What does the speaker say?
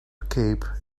cape